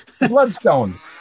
Bloodstones